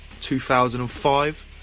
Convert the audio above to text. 2005